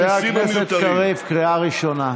חבר הכנסת קריב, קריאה ראשונה.